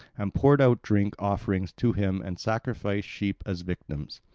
and poured out drink offerings to him and sacrificed sheep as victims.